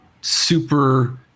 super